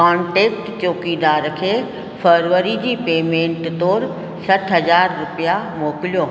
contact चौकीदार खे फ़रवरी जी पेमेंट तौरु सठि हज़ार रुपया मोकिलियो